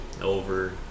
over